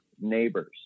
neighbors